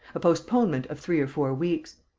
a postponement of three or four weeks.